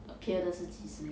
appear 的是几时